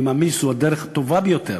אני מאמין שזו הדרך הטובה ביותר